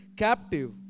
Captive